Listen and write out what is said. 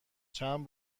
چند